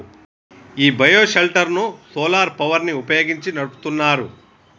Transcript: ఈ bio shelter ను solar power ని వుపయోగించి నడుపుతున్నారు